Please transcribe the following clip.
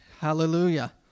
Hallelujah